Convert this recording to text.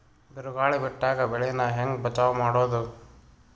ಬಿರುಗಾಳಿ ಬಿಟ್ಟಾಗ ಬೆಳಿ ನಾ ಹೆಂಗ ಬಚಾವ್ ಮಾಡೊದು?